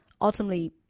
ultimately